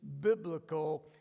biblical